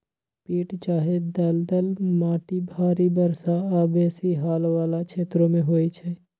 पीट चाहे दलदल माटि भारी वर्षा आऽ बेशी हाल वला क्षेत्रों में होइ छै